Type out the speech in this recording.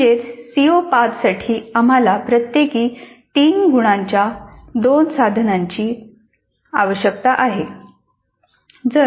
म्हणजेच सीओ 5 साठी आम्हाला प्रत्येकी 3 गुणांच्या दोन साधनांची आवश्यकता आहे